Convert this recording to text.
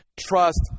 trust